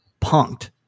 punked